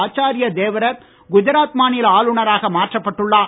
ஆச்சார்ய தேவ்ரத் குஜராத் மாநில ஆளுநராக மாற்றப்பட்டுள்ளார்